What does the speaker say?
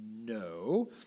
No